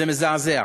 זה מזעזע.